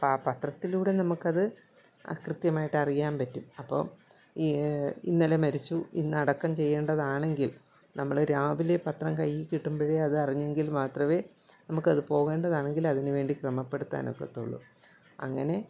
അപ്പോൾ ആ പത്രത്തിലൂടെ നമുക്കത് കൃത്യമായിട്ട് അറിയാൻ പറ്റും അപ്പോൾ ഇ ഇന്നലെ മരിച്ചു ഇന്ന് അടക്കം ചെയ്യേണ്ടതാണെങ്കിൽ നമ്മൾ രാവിലെ പത്രം കയ്യിൽ കിട്ടുമ്പോഴേ അത് അറിഞ്ഞെങ്കിൽ മാത്രമേ നമുക്കത് പോകേണ്ടതാണെങ്കിൽ അതിനുവേണ്ടി ക്രമപ്പെടുത്താൻ ഒക്കത്തുള്ളൂ അങ്ങനെ